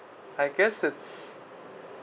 I guess it's